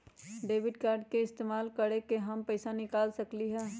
Debit card के इस्तेमाल करके हम पैईसा कईसे निकाल सकलि ह?